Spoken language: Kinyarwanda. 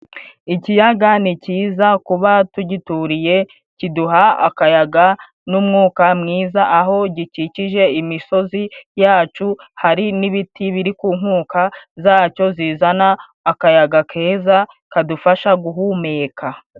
Ikiyaga ni cyiza kuba tugituriye kiduha akayaga n'umwuka mwiza, aho gikikije imisozi yacu hari n'ibiti biri ku nkuko zacyo, zizana akayaga keza kadufasha guhumeka.